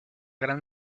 gran